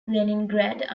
leningrad